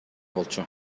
болчу